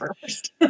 first